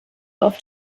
oft